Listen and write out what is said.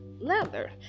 leather